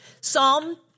Psalm